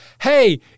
Hey